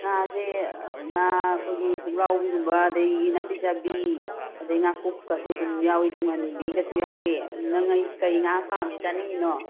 ꯉꯥꯁꯦ ꯉꯥ ꯑꯩꯈꯣꯏꯒꯤ ꯄꯣꯛꯂꯥꯎꯕꯤꯒꯨꯝꯕ ꯑꯗꯨꯗꯩ ꯅꯥꯄꯤ ꯆꯥꯕꯤ ꯑꯗꯨꯗꯩ ꯉꯥꯀꯨꯞꯀꯁꯨ ꯑꯗꯨꯝ ꯌꯥꯎꯏ ꯇꯨꯡꯍꯟꯕꯤꯒꯁꯨ ꯌꯥꯎꯏ ꯅꯪ ꯀꯔꯤ ꯉꯥ ꯄꯥꯃꯤ ꯆꯥꯅꯤꯡꯏꯅꯣ